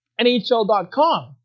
NHL.com